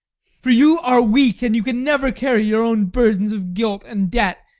for you are weak, and you can never carry your own burdens of guilt and debt.